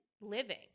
living